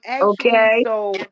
Okay